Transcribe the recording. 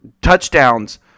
touchdowns